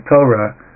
Torah